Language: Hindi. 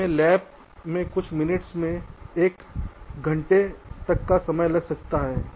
इसमें लैब में कुछ मिनिट्स से एक घंटे तक का समय लग सकता है